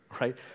right